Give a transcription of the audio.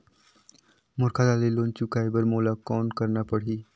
मोर खाता ले लोन चुकाय बर मोला कौन करना पड़ही?